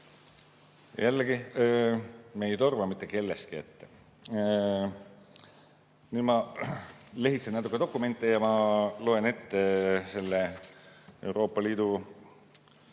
Jällegi, me ei torma mitte kellestki ette. Nüüd ma lehitsen natuke dokumente ja loen ette selle Euroopa Liidu